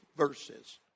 verses